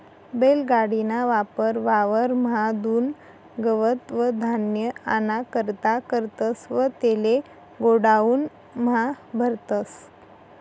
बैल गाडी ना वापर वावर म्हादुन गवत व धान्य आना करता करतस व तेले गोडाऊन म्हा भरतस